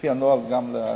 לפי הנוהל, וגם לכנסת.